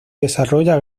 desarrolla